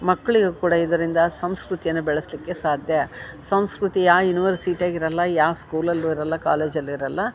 ಮಕ್ಕಳಿಗೂ ಕೂಡ ಇದರಿಂದ ಸಂಸ್ಕೃತಿಯನ್ನ ಬೆಳೆಸಲಿಕ್ಕೆ ಸಾಧ್ಯ ಸಂಸ್ಕೃತಿ ಯಾ ಯುನಿವರ್ಸಿಟಿಯಾಗಿರಲ್ಲ ಯಾವ ಸ್ಕೂಲಲ್ಲೂ ಇರಲ್ಲ ಕಾಲೇಜಲ್ಲಿ ಇರಲ್ಲ